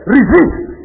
Resist